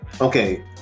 Okay